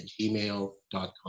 gmail.com